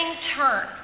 turn